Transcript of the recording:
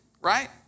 Right